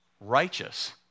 Righteous